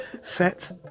set